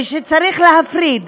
וצריך להפריד.